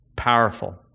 Powerful